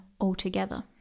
altogether